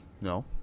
no